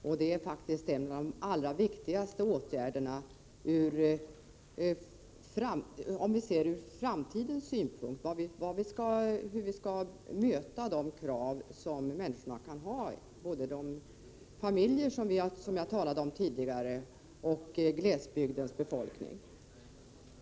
En sådan utredning är något av det allra viktigaste vi behöver för att vi skall veta hur vi i framtiden skall möta de krav som människorna kan ha. Det gäller både de familjer jag talat om tidigare och glesbygdsbefolkningen.